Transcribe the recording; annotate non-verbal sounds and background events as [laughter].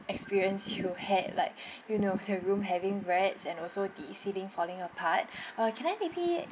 experience you had like [breath] you know the room having rats and also the ceiling falling apart [breath] uh can I maybe